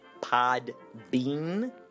Podbean